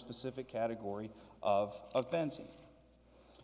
specific category of fencing